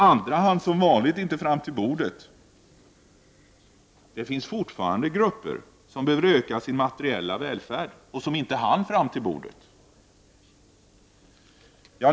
Andra hann som vanligt inte fram till bordet. Det finns fortfarande grupper som behöver öka sin materiella välfärd men som inte hann fram till bordet.